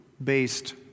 based